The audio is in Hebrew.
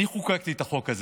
אני חוקקתי את החוק הזה,